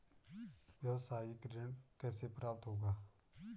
व्यावसायिक ऋण कैसे प्राप्त होगा?